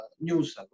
news